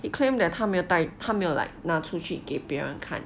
he claimed that 他没有带他没有 like 拿出去给别人看